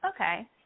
okay